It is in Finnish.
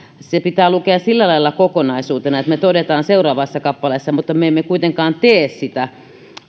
se pitää lukea sillä lailla kokonaisuutena että me toteamme seuraavassa kappaleessa että me emme kuitenkaan tee sitä